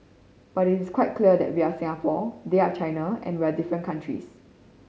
but it is quite clear that we are Singapore they are China and we are different countries